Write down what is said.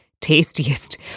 tastiest